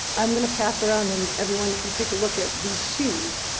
i'm going to pass around and everyone can take a look at these shoes,